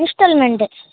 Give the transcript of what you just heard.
instalment